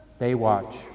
Baywatch